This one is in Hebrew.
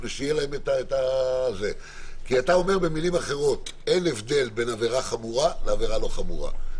אתה אומר במילים אחרות שאין הבדל בין עבירה חמורה לעבירה לא חמורה.